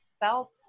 felt